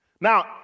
Now